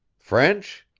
french?